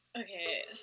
Okay